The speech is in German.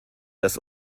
das